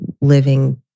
living